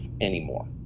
anymore